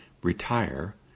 retire